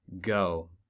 Go